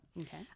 Okay